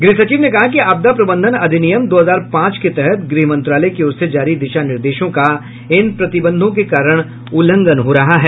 गृहसचिव ने कहा कि आपदा प्रबंधन अधिनियम दो हजार पांच के तहत गृह मंत्रालय की ओर से जारी दिशा निर्देशों का इन प्रतिबंधों के कारण उल्लंघन हो रहा है